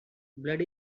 blood